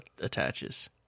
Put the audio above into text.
attaches